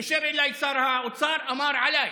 התקשר אליי שר האוצר, אמר: עליי,